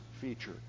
feature